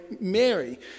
Mary